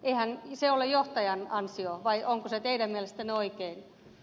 eihän se ole johtajan ansiota vai onko se teidän mielestänne oikein